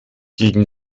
gegen